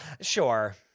Sure